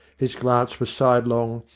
his glance was sidelong,